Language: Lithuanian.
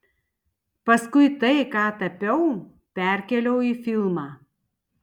paskui tai ką tapiau perkėliau į filmą